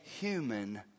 human